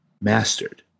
mastered